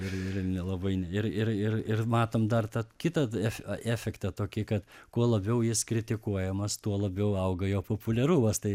ir ir nelabai ir ir ir ir matom dar tą kitą efe efektą tokį kad kuo labiau jis kritikuojamas tuo labiau auga jo populiarumas tai